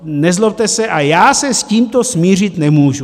Nezlobte se, já se s tímto smířit nemůžu.